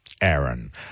aaron